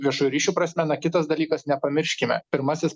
viešųjų ryšių prasme na kitas dalykas nepamirškime pirmasis